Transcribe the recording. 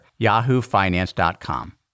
yahoofinance.com